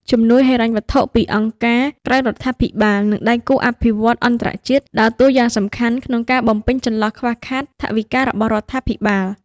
ជំនួយហិរញ្ញវត្ថុពីអង្គការមិក្រៅរដ្ឋាភិបាល និងដៃគូអភិវឌ្ឍន៍អន្តរជាតិដើរតួយ៉ាងសំខាន់ក្នុងការបំពេញចន្លោះខ្វះខាតថវិការបស់រដ្ឋាភិបាល។